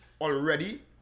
already